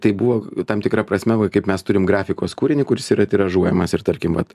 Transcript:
tai buvo tam tikra prasme va kaip mes turim grafikos kūrinį kuris yra tiražuojamas ir tarkim vat